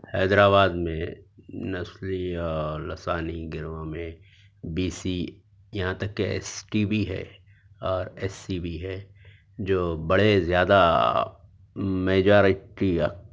حیدرآباد میں نثری اور لسانی گروہ میں بی سی یہاں تک کہ ایس ٹی بھی ہے اور ایس سی بھی ہے جو بڑے زیادہ میجارٹی